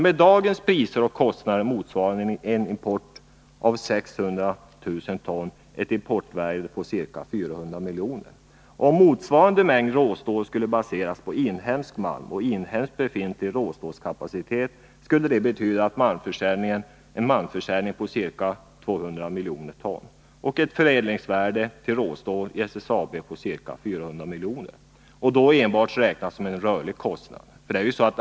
Med dagens priser och kostnader motsvarar en import av 600 000 ton ett importvärde på ca 400 milj.kr. Om motsvarande mängd råstål skulle baseras på inhemsk malm och inhemsk befintlig råstålkapacitet, skulle det betyda en malmförsäljning på ca 200 milj.kr. och ett förädlingsvärde av råstål i SSAB på ca 400 milj.kr., då enbart räknat som rörlig kostnad.